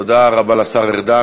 תודה רבה לשר ארדן.